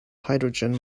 hydrogen